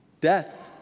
Death